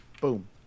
Boom